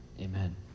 Amen